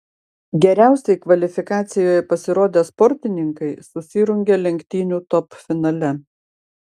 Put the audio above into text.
geriausiai kvalifikacijoje pasirodę sportininkai susirungė lenktynių top finale